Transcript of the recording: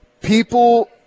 People